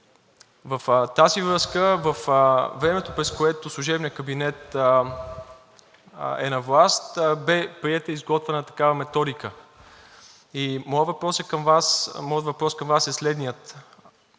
В тази връзка във времето, през което служебният кабинет е на власт, бе приета и изготвена такава методика. Моят въпрос към Вас е следният: